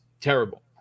terrible